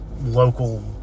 local